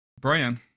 Brian